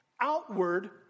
outward